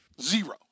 Zero